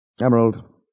Emerald